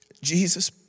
Jesus